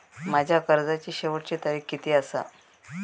माझ्या कर्जाची शेवटची तारीख किती आसा?